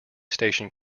station